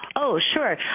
oh, sure.